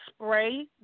spray